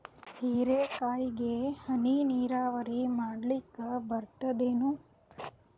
ಹೀರೆಕಾಯಿಗೆ ಹನಿ ನೀರಾವರಿ ಮಾಡ್ಲಿಕ್ ಬರ್ತದ ಏನು?